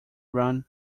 run